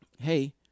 hey